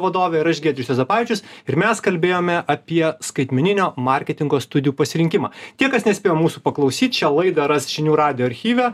vadovė ir aš giedrius juozapavičius ir mes kalbėjome apie skaitmeninio marketingo studijų pasirinkimą tie kas nespėjo mūsų paklausyt šią laidą ras žinių radijo archyve